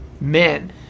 men